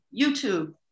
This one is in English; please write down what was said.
YouTube